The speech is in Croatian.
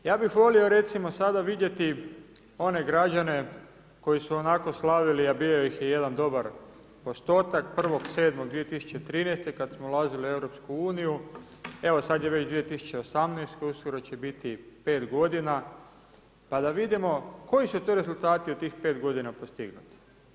Ja bih volio, recimo, sada vidjeti one građane koji su onako slavili, a bio ih je jedan dobar postotak 01.07.2013., kad smo ulazili u EU, evo, sad je već 2018., uskoro će biti 5 godina, pa da vidimo koji su to rezultati u tih 5 godina postignuti.